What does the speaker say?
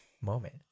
moment